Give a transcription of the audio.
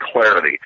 clarity